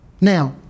Now